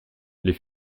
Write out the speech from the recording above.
les